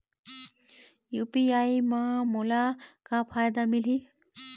UPI म मोला का फायदा मिलही?